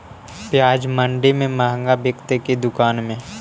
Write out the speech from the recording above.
प्याज मंडि में मँहगा बिकते कि दुकान में?